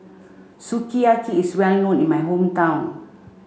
Sukiyaki is well known in my hometown